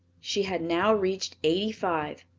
she had now reached eighty-five.